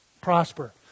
prosper